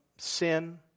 sin